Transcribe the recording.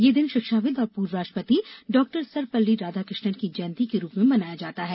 यह दिन शिक्षाविद् और पूर्व राष्ट्रपति डॉक्टर सर्वपल्ली राधाकृष्णन की जयंती के रूप में मनाया जाता है